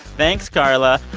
thanks, carla.